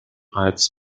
als